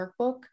workbook